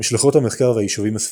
משלחות המחקר והיישובים הספרדיים